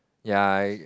ya I